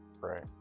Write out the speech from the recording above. right